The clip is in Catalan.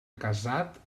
casat